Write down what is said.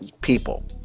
people